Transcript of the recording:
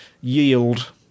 yield